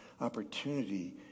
opportunity